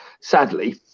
Sadly